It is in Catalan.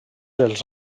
els